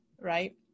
right